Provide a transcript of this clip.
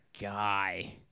guy